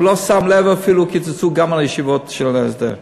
הוא לא שם לב אפילו, קיצצו גם לישיבות של ההסדר.